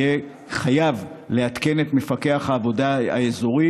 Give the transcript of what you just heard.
יהיה חייב לעדכן את מפקח העבודה האזורי